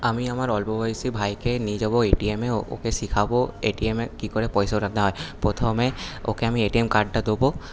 আমি আমার অল্প বয়সী ভাইকে নিয়ে যাবো এটিএমে ওকে শিখাবো এটিএমে কি করে পয়সা উঠাতে হয় প্রথমে ওকে আমি এটিএম কার্ডটা দোবো